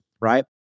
right